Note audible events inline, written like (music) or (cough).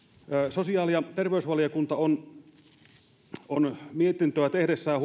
sosiaali ja terveysvaliokunta on mietintöä tehdessään (unintelligible)